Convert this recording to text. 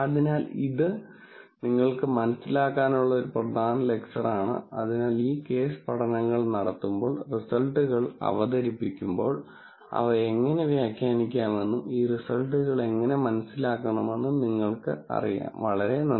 അതിനാൽ ഇത് നിങ്ങൾക്ക് മനസ്സിലാക്കാനുള്ള ഒരു പ്രധാന ലെക്ച്ചറാണ് അതിനാൽ ഈ കേസ് പഠനങ്ങൾ നടത്തുമ്പോൾ റിസൾട്ടുകൾ അവതരിപ്പിക്കുമ്പോൾ അവ എങ്ങനെ വ്യാഖ്യാനിക്കാമെന്നും ഈ റിസൾട്ടുകൾ എങ്ങനെ മനസിലാക്കണമെന്നും നിങ്ങൾക്കറിയാം വളരെ നന്ദി